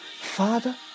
Father